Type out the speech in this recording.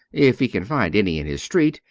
if he can find any in his street,